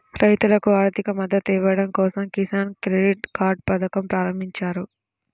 రైతులకు ఆర్థిక మద్దతు ఇవ్వడం కోసం కిసాన్ క్రెడిట్ కార్డ్ పథకం ప్రారంభించారు